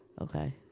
Okay